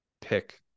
pick